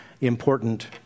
important